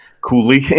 coolly